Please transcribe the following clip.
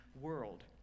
world